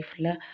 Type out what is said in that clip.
life